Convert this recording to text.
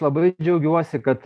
labai džiaugiuosi kad